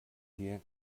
wir